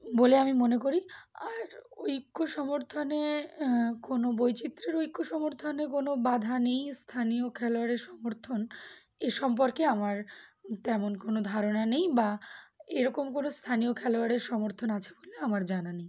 বলে আমি মনে করি আর ঐক্য সমর্থনে কোনো বৈচিত্র্যের ঐক্য সমর্থনে কোনো বাধা নেই স্থানীয় খেলোয়াড়ের সমর্থন এ সম্পর্কে আমার তেমন কোনো ধারণা নেই বা এরকম কোনো স্থানীয় খেলোয়াড়ের সমর্থন আছে বলে আমার জানা নেই